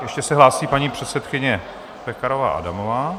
Ještě se hlásí paní předsedkyně Pekarová Adamová.